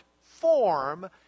form